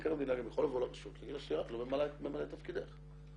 מבקר המדינה יכול לבוא לרשות --- מה ממלא תפקידך.